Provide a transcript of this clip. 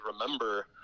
remember